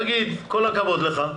להגיד: כל הכבוד לך,